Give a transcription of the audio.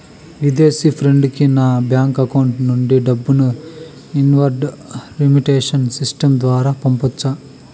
విదేశీ ఫ్రెండ్ కి నా బ్యాంకు అకౌంట్ నుండి డబ్బును ఇన్వార్డ్ రెమిట్టెన్స్ సిస్టం ద్వారా పంపొచ్చా?